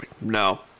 No